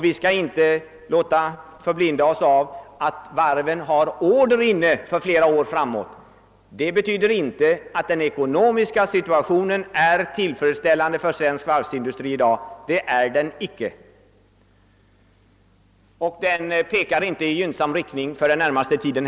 Vi får icke låta förblinda oss av att varven har order inne för flera år framåt. Det betyder inte att den ekonomiska situationen är tillfredsställande för svensk varvsindustri i dag. Utvecklingen pekar heller inte i gynnsam riktning för den närmaste tiden.